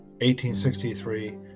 1863